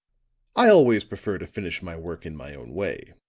i always prefer to finish my work in my own way,